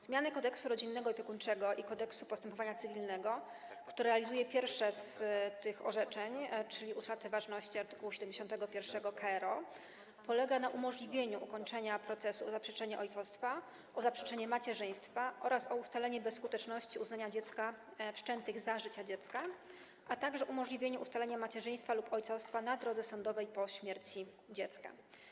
Zmiana Kodeksu rodzinnego i opiekuńczego oraz Kodeksu postępowania cywilnego, która realizuje pierwsze z tych orzeczeń, czyli utratę ważności art. 71 k.r.o., polega na umożliwieniu ukończenia procesu o zaprzeczenie ojcostwa, procesu o zaprzeczenie macierzyństwa oraz procesu o ustalenie bezskuteczności uznania dziecka, wszczętych za życia dziecka, a także na umożliwieniu ustalenia macierzyństwa lub ojcostwa na drodze sądowej po śmierci dziecka.